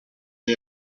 the